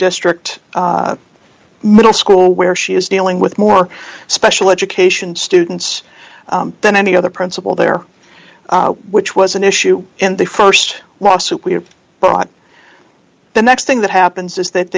district middle school where she is dealing with more special education students than any other principal there which was an issue in the st wasit we have brought the next thing that happens is that